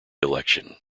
election